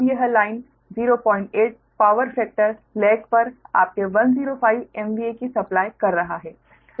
अब यह line 08 power factor lag पर आपके 105 MVA की सप्लाइ कर रहा है